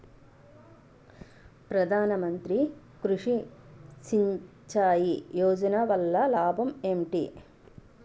ప్రధాన మంత్రి కృషి సించాయి యోజన వల్ల లాభం ఏంటి?